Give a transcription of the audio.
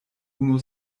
unu